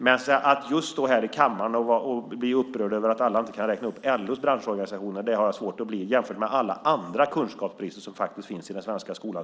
Men jag har svårt att stå här i kammaren och bli upprörd över att alla inte kan räkna upp LO:s branschorganisationer när man jämför med alla andra kunskapsbrister som finns i den svenska skolan.